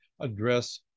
address